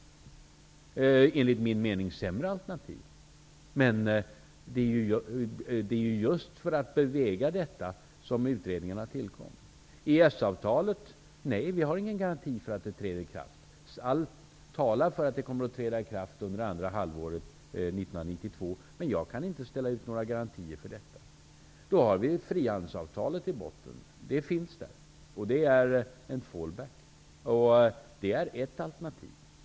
Det är enligt min mening sämre alternativ. Men det är just för att belysa detta som utredningarna tillkom. Vi har ingen garanti för att EES-avtalet träder i kraft. Allt talar för att det kommer att träda i kraft under andra halvåret 1993, men jag kan inte ställa ut några garantier för detta. Då finns frihandelsavtalet i botten. Det är en ''fall-back''. Det är ett alternativ.